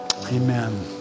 Amen